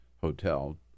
hotel